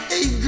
Hey